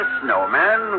snowman